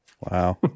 Wow